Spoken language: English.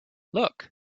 look